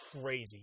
crazy